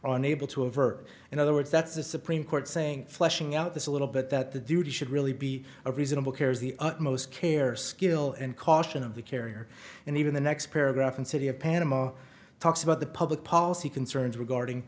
on able to avert in other words that's the supreme court saying fleshing out this a little bit that the duty should really be a reasonable care is the utmost care skill and caution of the carrier and even the next paragraph in city of panama talks about the public policy concerns regarding